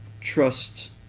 trust